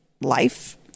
life